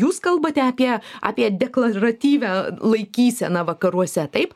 jūs kalbate apie apie deklaratyvią laikyseną vakaruose taip